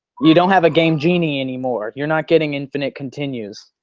you don't have a game genie anymore. you're not getting infinite continues.